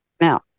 Now